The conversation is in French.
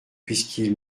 puisqu’ils